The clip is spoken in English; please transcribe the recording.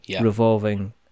revolving